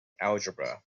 algebra